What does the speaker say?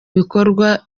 bikorwa